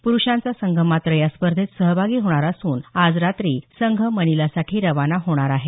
पुरुषांचा संघ मात्र या स्पर्धेत सहभागी होणार असून आज रात्री संघ मनिलासाठी रवाना होणार आहे